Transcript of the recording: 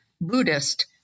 Buddhist